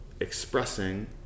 expressing